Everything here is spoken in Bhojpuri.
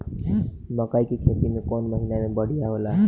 मकई के खेती कौन महीना में बढ़िया होला?